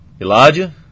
Elijah